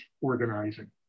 organizing